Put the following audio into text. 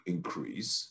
Increase